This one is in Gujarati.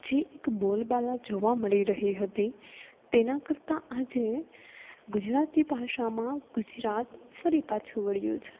જે એક બોલબાલા જોવા મળી રહી હતી તેના કરતાં આજે ગુજરાતી ભાષામાં ગુજરાત ફરી પાછું વળ્યું છે